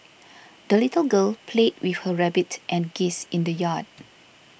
the little girl played with her rabbit and geese in the yard